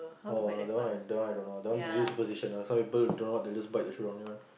oh that one I that one I don't know that one really superstition lah some people don't know what they just bite the shoe down there one